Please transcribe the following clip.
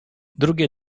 drugie